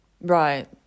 Right